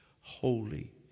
holy